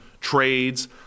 trades